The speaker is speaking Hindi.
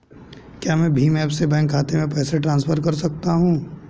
क्या मैं भीम ऐप से बैंक खाते में पैसे ट्रांसफर कर सकता हूँ?